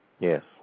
Yes